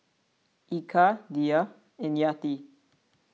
Eka Dhia and Yati